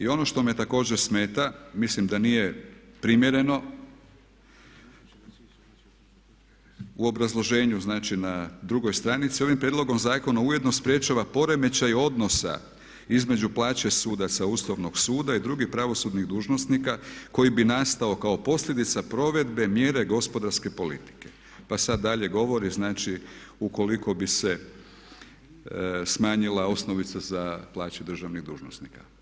I ono što me također smeta, mislim da nije primjereno u obrazloženju znači na drugoj stranici ovim prijedlogom zakona ujedno sprječava poremećaj odnosa između plaće sudaca Ustavnog suda i drugih pravosudnih dužnosnika koji bi nastao kao posljedica provedbe mjere gospodarske politike, pa sad dalje govori, znači ukoliko bi se smanjila osnovica za plaće državnih dužnosnika.